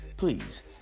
please